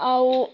ଆଉ